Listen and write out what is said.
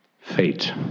fate